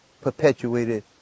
perpetuated